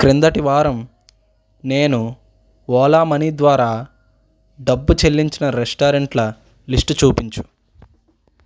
క్రిందటి వారం నేను ఓలా మనీ ద్వారా డబ్బు చెల్లించిన రెస్టారెంట్ల లిస్ట్ చూపించు